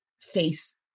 face